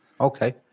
Okay